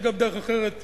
יש גם דרך אחרת למימון.